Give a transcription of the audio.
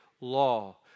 law